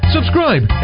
Subscribe